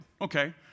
Okay